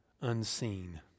unseen